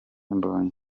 mbonyi